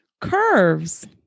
Curves